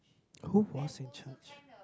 who was in church